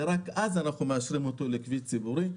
ורק אז אנחנו מאשרים אותו לנסיעה בכביש ציבורי.